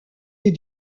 les